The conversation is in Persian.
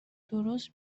درست